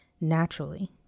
naturally